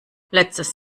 letztes